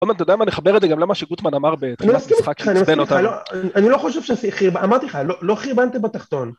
‫תומר, אתה יודע נחבר את זה ‫גם למה שגוטמן אמר בתחילת המשחק שעצבן אותנו, ‫אני לא חושב שזה הכי... ‫אמרתי לך, לא חירבנתם בתחתון.